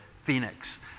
Phoenix